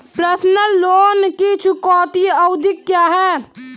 Personal loan की चुकौती अवधि क्या है?